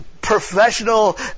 professional